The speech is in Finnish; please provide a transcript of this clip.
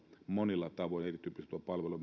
monilla tavoin erityyppistä tuo palvelu